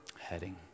heading